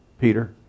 Peter